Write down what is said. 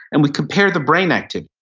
and we compare the brain activity.